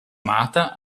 amata